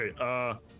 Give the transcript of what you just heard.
Okay